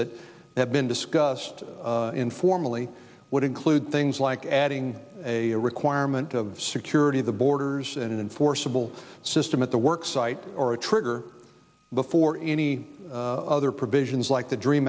that have been discussed informally would include things like adding a requirement of security the borders and enforceable system at the work site or a trigger before any other provisions like the dream